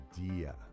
idea